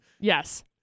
Yes